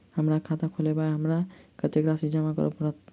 हम खाता खोलेबै तऽ हमरा कत्तेक राशि जमा करऽ पड़त?